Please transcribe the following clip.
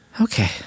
Okay